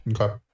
Okay